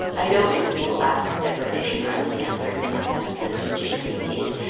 i know individual acts of deprivation aren't the answer given the kind of system change we need,